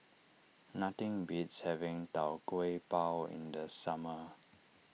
nothing beats having Tau Kwa Pau in the summer